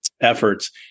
efforts